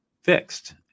fixed